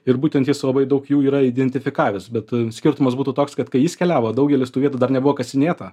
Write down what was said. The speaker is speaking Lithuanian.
ir būtent jis labai daug jų yra identifikavęs bet skirtumas būtų toks kad kai jis keliavo daugelis tų vietų dar nebuvo kasinėta